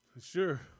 Sure